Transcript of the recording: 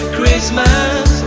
Christmas